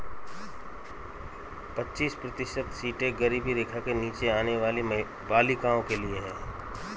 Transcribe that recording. पच्चीस प्रतिशत सीटें गरीबी रेखा के नीचे आने वाली बालिकाओं के लिए है